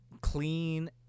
clean